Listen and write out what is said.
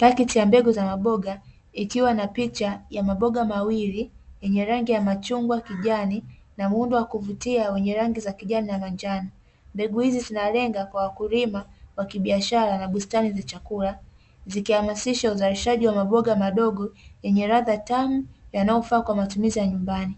Paketi ya mbegu za maboga, ikiwa na picha ya maboga mawili yenye rangi ya machungwa, kijani, na muundo wa kuvutia wenye rangi za kijani na manjano. Mbegu hizi zinalenga kwa wakulima wa kibiashara na bustani za chakula, zikihamasisha uzalishaji wa maboga madogo yenye ladha tamu, yanayofaa kwa matumizi ya nyumbani.